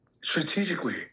strategically